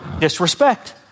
disrespect